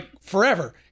forever